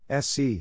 SC